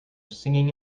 singing